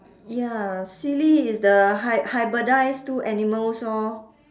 ya silly is the hy~ hybridise two animals orh